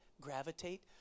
gravitate